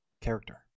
character